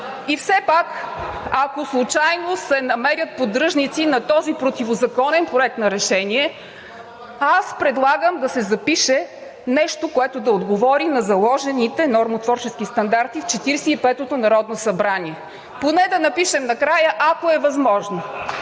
Все пак, ако случайно се намерят поддръжници на този противозаконен Проект на решение, предлагам да се запише нещо, което да отговори на заложените нормотворчески стандарти в 45-ото народно събрание. Поне да напишем накрая: „ако е възможно“